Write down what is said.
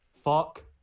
Fuck